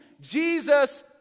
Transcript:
jesus